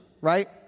right